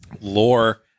lore